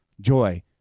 joy